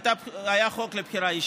היה חוק לבחירה ישירה.